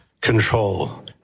control